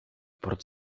port